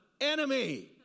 enemy